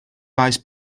faes